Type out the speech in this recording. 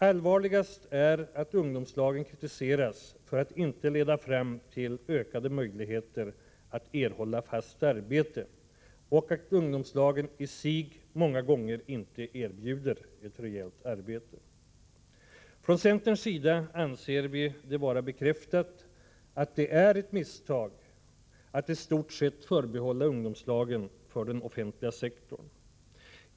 Allvarligast är att ungdomslagen kritiseras för att de inte leder fram till ökade möjligheter att erhålla fast arbete och att ungdomslagen i sig många gånger inte erbjuder ett rejält arbete. Från centerns sida anser vi det vara bekräftat att det är ett misstag att i stort sett förbehålla ungdomslagen för den offentliga sektorn.